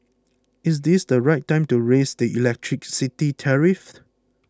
is this the right time to raise the electricity tariff